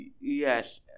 Yes